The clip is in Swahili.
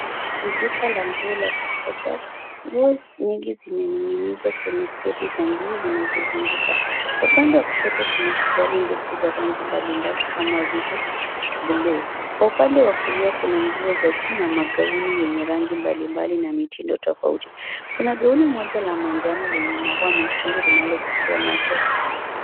Ni duka la nguo la kisasa, nguo nyingi zimening'inizwa kwenye stendi za nguo zinazozunguka. Upande wa kushoto kuna suruali ndefu za rangi mbalimbali kama vile bluu. Kwa upande wa kulia kuna nguo za juu na magauni yenye rangi mbalimbali na mitindo tofauti. Kuna gauni moja la manjano lenye maua mekundu linalovutia macho.